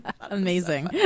Amazing